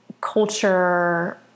culture